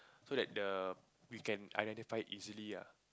so that the we can identify easily ah